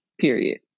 Period